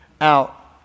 out